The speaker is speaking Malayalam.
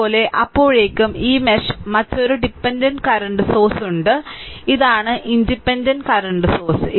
അതുപോലെ അപ്പോഴേക്കും ഈ മെഷ് മറ്റൊരു ഡിപെൻഡന്റ് കറന്റ് സോഴ്സുണ്ട് ഇതാണ് ഇൻഡിപെൻഡന്റ് കറന്റ് സോഴ്സ്